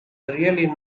really